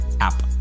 app